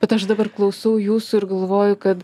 bet aš dabar klausau jūsų ir galvoju kad